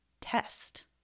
test